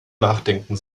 nachdenken